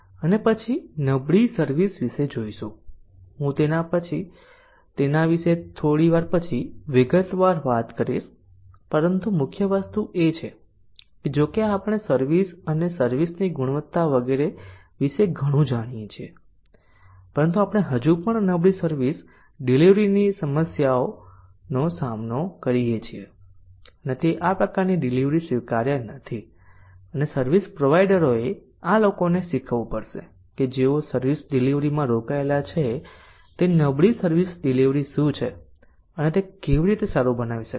અને પછી નબળી સર્વિસ વિષે જોઈશું હું તેના વિશે થોડી વાર પછી વિગતવાર વાત કરીશ પરંતુ મુખ્ય વસ્તુ એ છે કે જો કે આપણે સર્વિસ અને સર્વિસ ની ગુણવત્તા વગેરે વિશે ઘણું જાણીએ છીએ પરંતુ આપણે હજુ પણ નબળી સર્વિસ ડીલીવરીની સમસ્યાનો સામનો કરીએ છીએ અને તે આ પ્રકારની ડિલિવરી સ્વીકાર્ય નથી અને સર્વિસ પ્રોવાઇડરોએ આ લોકોને શીખવવું પડશે કે જેઓ સર્વિસ ડિલિવરીમાં રોકાયેલા છે તે નબળી સર્વિસ ડિલિવરી શું છે અને તે કેવી રીતે સારું બનાવી શકાય